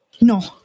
No